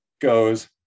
goes